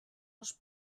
els